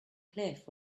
cliff